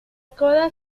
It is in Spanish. coda